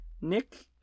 Nick